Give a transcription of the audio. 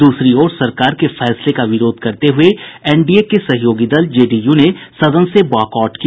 दूसरी ओर सरकार के फैसले का विरोध करते हुए एनडीए के सहयोगी दल जेडीयू ने सदन से वॉकआउट किया